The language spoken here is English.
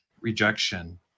rejection